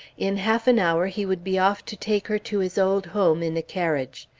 in half an hour he would be off to take her to his old home in a carriage.